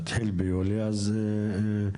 אז כן.